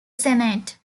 senate